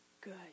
good